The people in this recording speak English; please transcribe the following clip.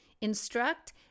Instruct